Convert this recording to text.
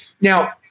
Now